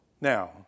Now